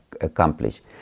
accomplish